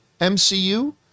MCU